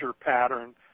pattern